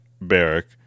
barrack